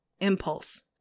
Impulse